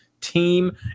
team